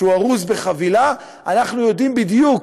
כשהוא ארוז בחבילה אנחנו יודעים בדיוק,